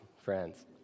friends